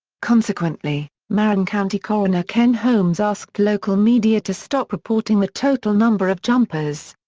consequently, marin county coroner ken holmes asked local media to stop reporting the total number of jumpers.